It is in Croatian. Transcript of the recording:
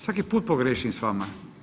Svaki put pogriješim s vama.